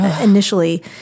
initially